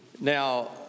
now